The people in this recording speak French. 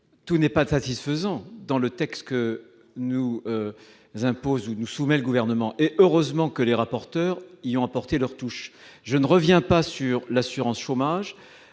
tout n'est pas satisfaisant dans le texte que nous soumet le Gouvernement ; heureusement, nos rapporteurs y ont apporté leur touche. Sans revenir sur l'assurance chômage,